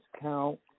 count